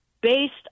based